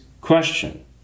question